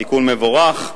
תיקון מבורך.